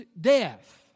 death